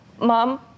Mom